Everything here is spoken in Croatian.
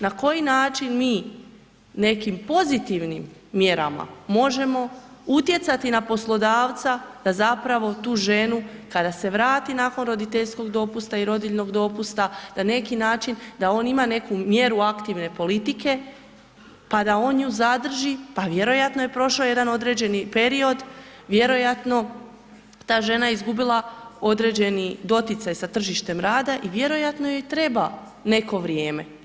Na koji način mi nekim pozitivnim mjerama možemo utjecati na poslodavca da zapravo tu ženu kada se vrati nakon roditeljskog dopusta i rodiljnog dopusta na neki način da on ima neku mjeru aktivne politike, pa da on nju zadrži, pa vjerojatno je prošao jedan određeni period vjerojatno ta žena izgubila određeni doticaj sa tržištem rada i vjerojatno joj treba neko vrijeme.